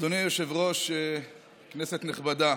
אדוני היושב-ראש, כנסת נכבדה,